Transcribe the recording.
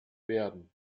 werden